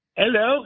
hello